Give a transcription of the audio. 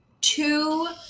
two